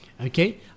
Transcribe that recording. Okay